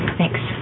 Thanks